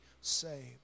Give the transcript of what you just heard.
saved